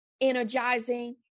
energizing